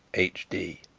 h d.